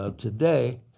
ah today,